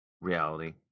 reality